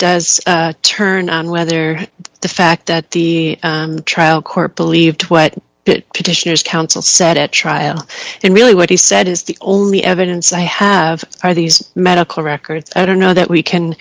does turn on whether the fact that the trial court believed what it petitioners counsel said at trial and really what he said is the only evidence i have are these medical records i don't know that we